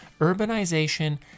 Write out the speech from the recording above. urbanization